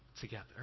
together